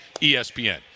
ESPN